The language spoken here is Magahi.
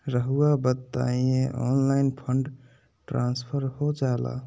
रहुआ बताइए ऑनलाइन फंड ट्रांसफर हो जाला?